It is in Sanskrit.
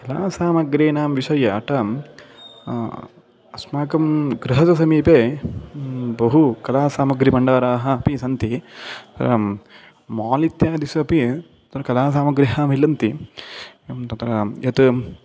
कलासामग्रीणां विषयाणां अस्माकं गृहसमीपे बहु कलासामग्रीभाण्डाराः अपि सन्ति माल् इत्यासु अपि तत्र कलासामग्र्यः मिलन्ति एवं तत्र यतो